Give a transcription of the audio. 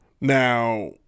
Now